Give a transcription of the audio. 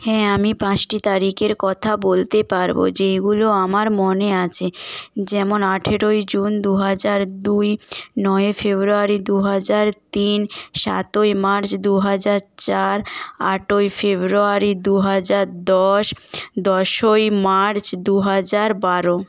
হ্যাঁ আমি পাঁচটি তারিখের কথা বলতে পারবো যেইগুলো আমার মনে আছে যেমন আঠেরোই জুন দু হাজার দুই নয় ফেব্রুয়ারি দু হাজার তিন সাতই মার্চ দু হাজার চার আটই ফেব্রুয়ারি দু হাজার দশ দশই মার্চ দু হাজার বারো